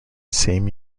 same